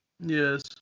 Yes